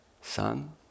Son